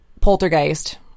Poltergeist